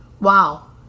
Wow